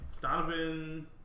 Donovan